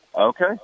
Okay